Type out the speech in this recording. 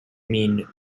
mean